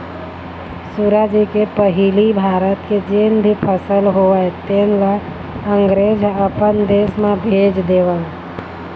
सुराजी के पहिली भारत के जेन भी फसल होवय तेन ल अंगरेज ह अपन देश म भेज देवय